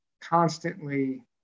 constantly